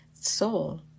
soul